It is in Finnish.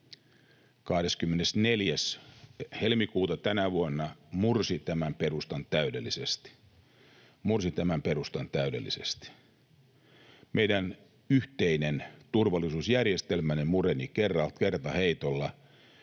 täydellisesti — mursi tämän perustan täydellisesti. Meidän yhteinen turvallisuusjärjestelmämme mureni kertaheitolla